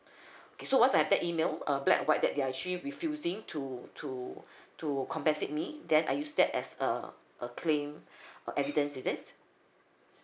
okay so once I've take email uh black and white that they are actually refusing to to to compensate me then I use that as a a claim evidence is it